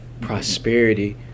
prosperity